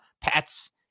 pets